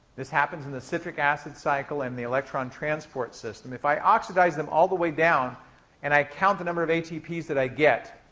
this happens in the citric acid cycle and in the electron transport system if i oxidize them all the way down and i count the number of atps that i get,